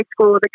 school